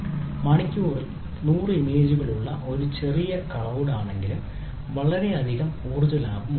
മണിക്കൂറിൽ 100 ഇമേജുകൾ ഉള്ള ഒരു ചെറിയ ക്ലൌഡ്മാണെങ്കിലും വളരെയധികം ഊർജ്ജ ലാഭം ഉണ്ടാകും